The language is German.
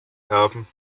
erben